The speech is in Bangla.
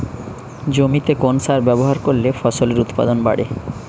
জমিতে কোন সার ব্যবহার করলে ফসলের উৎপাদন বাড়ে?